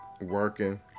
working